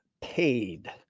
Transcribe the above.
paid